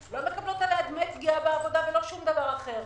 לא מקבלות עליה דמי פגיעה בעבודה ולא שום דבר אחר.